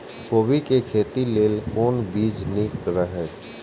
कोबी के खेती लेल कोन बीज निक रहैत?